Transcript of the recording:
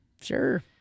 Sure